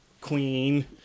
queen